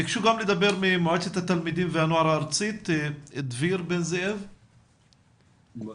ממועצת התלמידים והנוער הארצית דביר בן-זאב בבקשה.